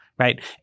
right